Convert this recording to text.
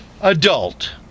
Adult